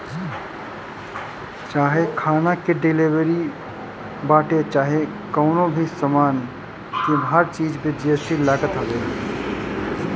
चाहे खाना के डिलीवरी बाटे चाहे कवनो भी सामान के अब हर चीज पे जी.एस.टी लागत हवे